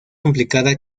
complicada